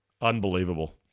Unbelievable